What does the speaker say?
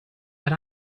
but